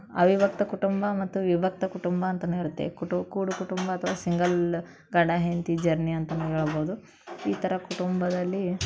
ಅವಿಭಕ್ತ ಕುಟುಂಬ ಮತ್ತು ವಿಭಕ್ತ ಕುಟುಂಬ ಅಂತಲೂ ಇರುತ್ತೆ ಕುಟು ಕೂಡು ಕುಟುಂಬ ಅಥ್ವಾ ಸಿಂಗಲ್ ಗಂಡ ಹೆಂಡತಿ ಜರ್ನಿ ಅಂತಲೂ ಹೇಳ್ಬೋದು ಈ ಥರ ಕುಟುಂಬದಲ್ಲಿ